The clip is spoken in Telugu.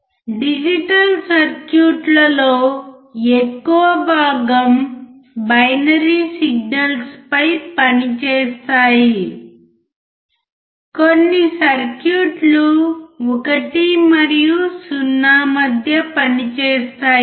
డిజిటల్ సర్క్యూట్లలో ఎక్కువ భాగం బైనరీ సిగ్నల్స్ పై పని చేస్తాయి కొన్ని సర్క్యూట్లు 1 మరియు 0 మధ్య పని చేస్తాయి